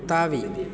தாவி